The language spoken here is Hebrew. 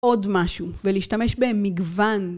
עוד משהו, ולהשתמש במגוון.